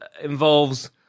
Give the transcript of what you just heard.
involves